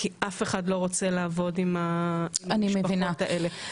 כי אף אחד לא רוצה לעבוד עם המשפחות האלה.